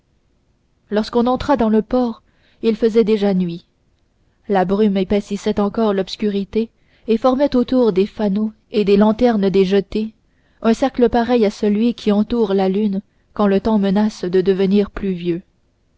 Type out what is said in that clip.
lorsqu'on entra dans le port il faisait déjà nuit la brume épaississait encore l'obscurité et formait autour des fanaux et des lanternes des jetées un cercle pareil à celui qui entoure la lune quand le temps menace de devenir pluvieux